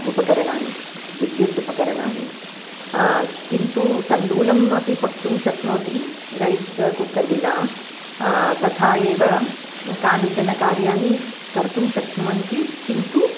उपकरणानि विद्युत् उपकरणानि किन्तु तण्डुलम् अपि पक्तुं शक्नोति रैस् कुक्कर् विना तथा एव कानिचन कार्याणि कर्तुं शक्नुवन्ति किन्तु